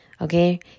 Okay